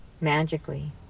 magically